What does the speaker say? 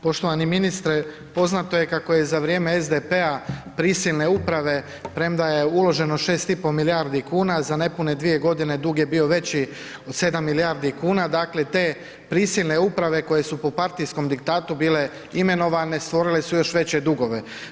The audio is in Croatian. Poštovani ministre poznato je kako je za vrijeme SDP-a prisilne uprave premda je uloženo 6,5 milijardi kuna za nepune 2 godine dug je bio veći od 7 milijardi kuna, dakle te prisilne uprave koje su po partijskom diktatu bile imenovane stvorile su još veće dugove.